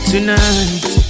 Tonight